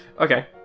Okay